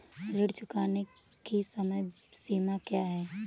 ऋण चुकाने की समय सीमा क्या है?